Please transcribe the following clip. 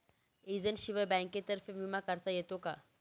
एजंटशिवाय बँकेतर्फे विमा काढता येतो का?